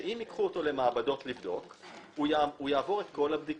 שאם ייקחו אותו למעבדות ויבדקו אותו הוא יעבור את כל הבדיקות,